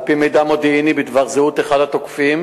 על-פי מידע מודיעיני בדבר זהות אחד התוקפים,